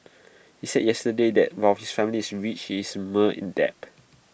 he said yesterday that while his family is rich he is in debt